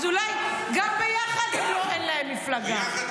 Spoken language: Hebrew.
אז גם ביחד אין להם מפלגה.